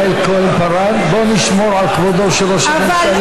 יעל כהן-פארן, בואי נשמור על כבודו של ראש הממשלה.